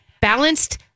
balanced